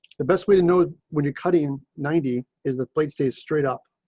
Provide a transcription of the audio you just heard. the best way to know when you're cutting ninety is the plates days straight up.